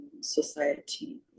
society